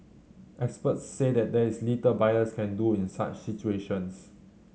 experts said there is little buyers can do in such situations